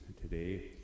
today